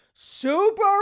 Super